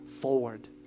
forward